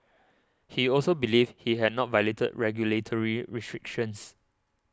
he also believed he had not violated regulatory restrictions